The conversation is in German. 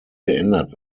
geändert